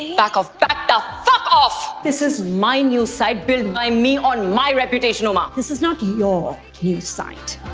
back off, back the fuck off! this is my news site, built by me on my reputation amma. um um this is not your news site.